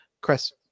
Chris